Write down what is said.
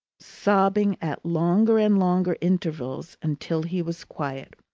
sobbing at longer and longer intervals, until he was quiet.